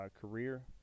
career